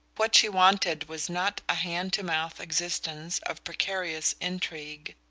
what she wanted was not a hand-to-mouth existence of precarious intrigue